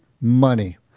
Money